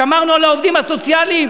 שמרנו על העובדים הסוציאליים.